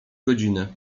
godziny